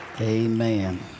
Amen